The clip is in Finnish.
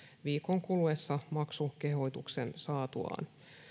viikon kuluessa maksukehotuksen saatuaan